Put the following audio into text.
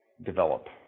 develop